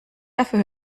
dafür